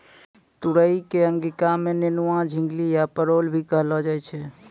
तुरई कॅ अंगिका मॅ नेनुआ, झिंगली या परोल भी कहलो जाय छै